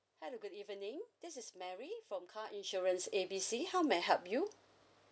hello good evening this is mary from car insurance A B C how may I help you